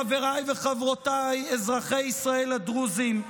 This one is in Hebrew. חבריי וחברותי אזרחי ישראל הדרוזים,